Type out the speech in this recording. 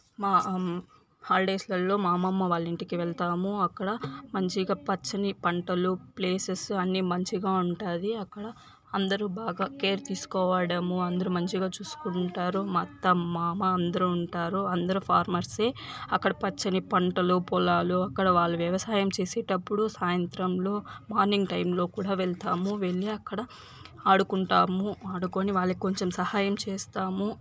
మా హాలిడేస్లలో మా అమ్మమ్మ వాళ్ల ఇంటికి వెళ్తాము అక్కడ మంచిగా పచ్చని పంటలు ప్లేసెస్ అన్ని మంచిగా ఉంటాది అక్కడ అందరూ బాగా కేర్ తీసుకోవడం అందరూ మంచిగా చూసుకుంటారు మా అత్త మామ అందరూ ఉంటారు అందరు ఫార్మర్స్ అక్కడ పచ్చని పంటలు పొలాలు అక్కడ వాళ్ళు వ్యవసాయం చేసేటప్పుడు సాయంత్రంలో మార్నింగ్ టైంలో కూడా వెళ్తాము వెళ్లి అక్కడ ఆడుకుంటాము ఆడుకొని వాళ్ళకి కొంచెం సహాయం చేస్తాము